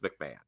McMahon